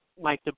Mike